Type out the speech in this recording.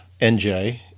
NJ